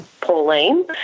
Pauline